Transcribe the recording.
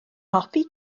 hoffi